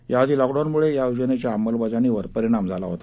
याआधी लॉकडाऊनम्ळे या योजनेच्या अंमलबजावणीवर परिणाम झाला होता